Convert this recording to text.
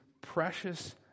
precious